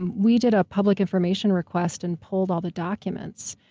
and we did a public information request and pulled all the documents.